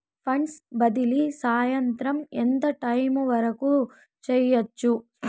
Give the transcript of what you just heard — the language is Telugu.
ఫండ్స్ బదిలీ సాయంత్రం ఎంత టైము వరకు చేయొచ్చు